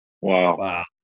Wow